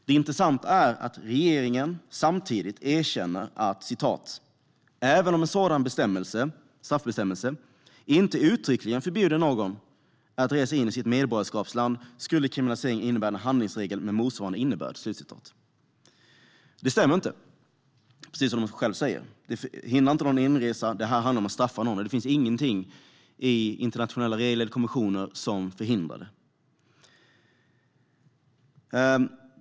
Det intressanta är att regeringen samtidigt erkänner att "Även om en sådan straffbestämmelse inte uttryckligen förbjuder någon att resa in i sitt medborgarskapsland skulle kriminaliseringen innebära en handlingsregel med motsvarande innebörd." Det stämmer inte, precis som de själva säger. Det hindrar inte någon inresa. Det handlar om att straffa någon. Det finns ingenting i internationella regler eller konventioner som förhindrar det.